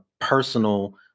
personal